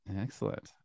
excellent